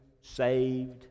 Saved